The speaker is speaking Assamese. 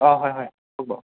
অ হয় হয় কওক বাৰু